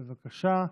בבקשה.